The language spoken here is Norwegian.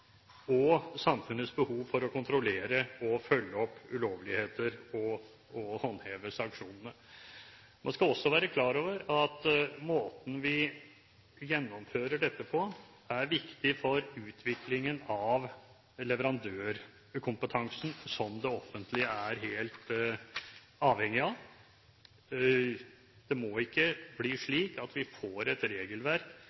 og samfunnets behov for å kontrollere og følge opp ulovligheter og håndheve sanksjonene. Man skal også være klar over at måten vi gjennomfører dette på, er viktig for utviklingen av leverandørkompetansen, som det offentlige er helt avhengig av. Det må ikke bli